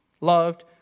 Loved